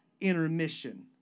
intermission